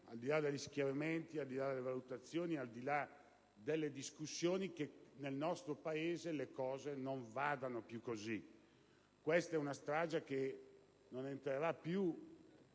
al di là degli schieramenti, delle valutazioni, delle discussioni, che nel nostro Paese le cose non vadano più così. Questa strage non entrerà più